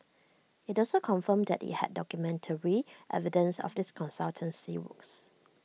IT also confirmed that IT had documentary evidence of these consultancy works